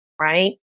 Right